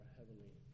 Heavenly